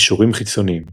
קישורים חיצוניים